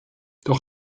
doch